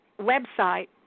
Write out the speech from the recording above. website